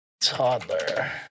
toddler